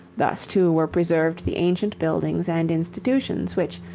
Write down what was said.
thus, too, were preserved the ancient buildings and institutions, which,